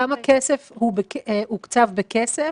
כמה כסף הוקצב בכסף,